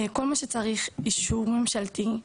כל מה שצריך אישור ממשלתי,